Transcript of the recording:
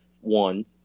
One